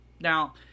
Now